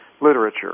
literature